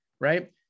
Right